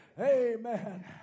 Amen